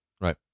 Right